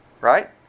right